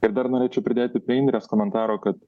ir dar norėčiau pridėti prie indrės komentaro kad